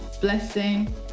blessing